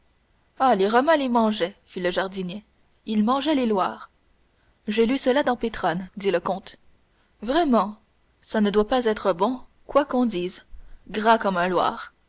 ah les romains les mangeaient fit le jardinier ils mangeaient les loirs j'ai lu cela dans pétrone dit le comte vraiment ça ne doit pas être bon quoi qu'on dise gras comme un loir